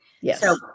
yes